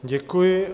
Děkuji.